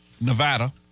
Nevada